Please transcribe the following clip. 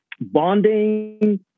bonding